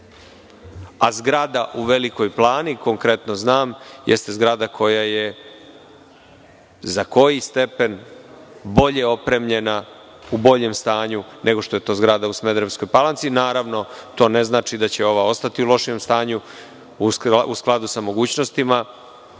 Zgrada u Velikoj Plani, konkretno znam, jeste zgrada koja je za koji stepen bolje opremljena, u boljem stanju nego što je to zgrada u Smederevskoj Palanci. Naravno, to ne znači da će ova ostati u lošem stanju. U skladu sa mogućnostima